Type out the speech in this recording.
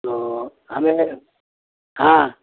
तो हमें हा